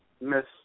Miss